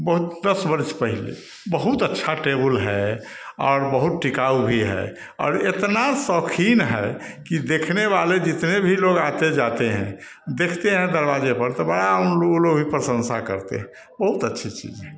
बहुत दस वर्ष पहले बहुत अच्छा टेबुल है और बहुत टिकाऊ भी है और इतना शौकीन है कि देखने वाले जितने भी लोग आते जाते हैं देखते हैं दरवाजे पर तो बड़ा उन लोग वे लोग भी प्रशंसा करते हैं बहुत अच्छी चीज़ है